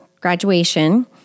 graduation